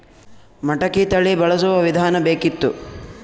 ಮಟಕಿ ತಳಿ ಬಳಸುವ ವಿಧಾನ ಬೇಕಿತ್ತು?